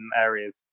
areas